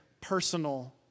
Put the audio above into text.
personal